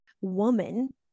woman